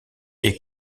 est